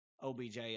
obj